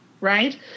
right